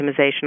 optimization